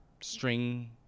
string